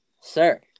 sir